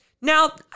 Now